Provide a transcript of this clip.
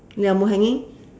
ya mou hanging